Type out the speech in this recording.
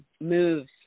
moves